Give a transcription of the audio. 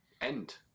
end